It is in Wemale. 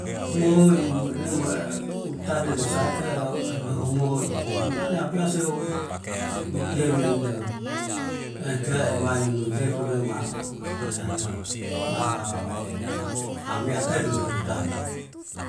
Moimenema utade desaike ehomo'i meana apeaseo mitiemi ida ehekee wai nuetetu dema ane anea ma ameake duwe dodane.